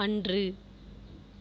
அன்று